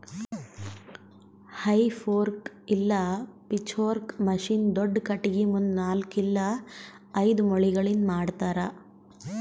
ಹೇ fork ಇಲ್ಲ pitchfork machine ದೊಡ್ದ ಖಟಗಿ ಮುಂದ ನಾಲ್ಕ್ ಇಲ್ಲ ಐದು ಮೊಳಿಗಳಿಂದ್ ಮಾಡ್ತರ